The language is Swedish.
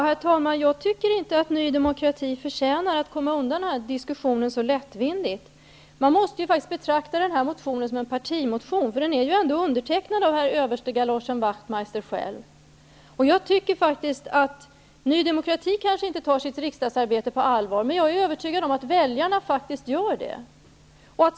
Herr talman! Jag tycker inte att Ny demokrati förtjänar att komma undan den här diskussionen så lättvindigt. Man måste faktiskt betrakta den här motionen som en partimotion, för den är ju ändå undertecknad av herr överstegaloschen Ny demokrati kanske inte tar riksdagsarbetet på allvar, men jag är övertygad om att väljarna faktiskt gör det.